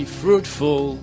fruitful